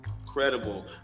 Incredible